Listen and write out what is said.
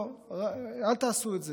לא, אל תעשו את זה.